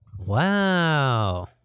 Wow